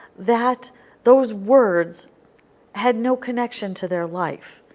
that those words had no connection to their life.